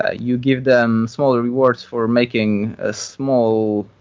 ah you give them smaller rewards for making a small